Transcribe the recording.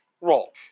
roll